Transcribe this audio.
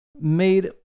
made